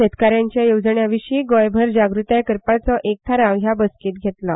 शेतकाऱ्यांच्या येवजण्या विशीं गोंयभर जागूताय करपाचो एक थाराव हे बसकेंत घेतलो